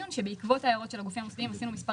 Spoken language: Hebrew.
בעקבות הערות של הגופים המוסדיים עשינו מספר